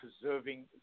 preserving